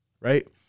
right